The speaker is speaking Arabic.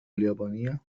اليابانية